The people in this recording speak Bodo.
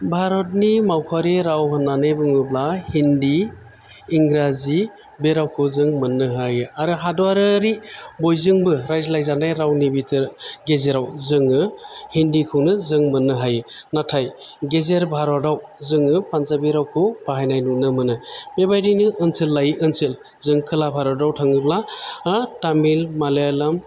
भारतनि मावफारि राव होन्नानै बुङोब्ला हिन्दि इंग्राजि बे रावखौ जों मोन्नो हायो आरो हादरारि बयजोंबो रायज्लायजानाय रावनि बिदेल गेजेराव जोङो हिन्दिखौनो जों मोन्नो हायो नाथाय गेजेर भारताव जोङो पानजाबि रावखौ बाहायनाय नुनो मोनो बेबायदिनो ओनसोल लायै ओनसोल जों खोला भारताव थाङोब्ला तामिल मालाइयालोम